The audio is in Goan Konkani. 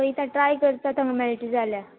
पयता ट्राय करता थंगा मेळटा जाल्या